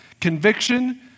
Conviction